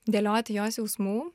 dėlioti jos jausmų